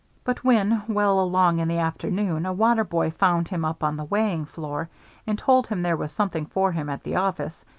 but when, well along in the afternoon, a water boy found him up on the weighing floor and told him there was something for him at the office,